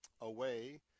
away